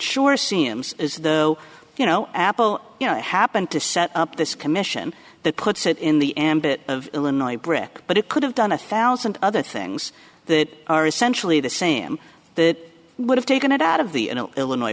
sure seems as though you know apple you know happened to set up this commission that puts it in the ambit of illinois brick but it could have done a thousand other things that are essentially the same that would have taken it out of the illinois